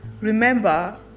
remember